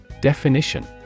Definition